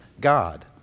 God